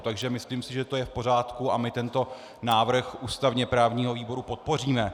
Takže myslím, že to je v pořádku, a my tento návrh ústavněprávního výboru podpoříme.